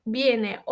viene